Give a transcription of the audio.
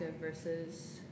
versus